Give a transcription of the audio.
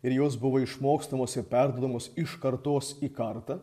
ir jos buvo išmokstamos ir perduodamos iš kartos į kartą